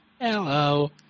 Hello